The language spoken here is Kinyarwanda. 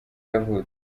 yavutse